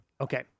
Okay